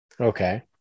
Okay